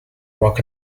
rock